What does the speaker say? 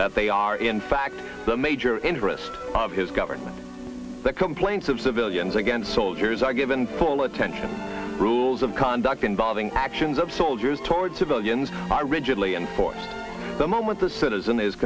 that they are in fact the major interest of his government the complaints of civilians against soldiers are given full attention rules of conduct involved actions of soldiers toward civilians are rigidly enforced the moment the citizen